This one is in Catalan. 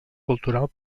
cultural